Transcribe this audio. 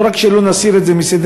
לא רק שלא נסיר את זה מסדר-היום,